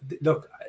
look